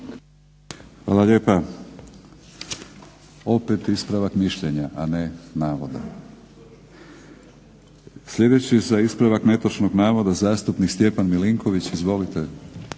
Hvala lijepa. Opet ispravak mišljenja, a ne navoda. Sljedeći za ispravak netočnog navoda zastupnik Stjepan Milinković. Izvolite.